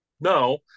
No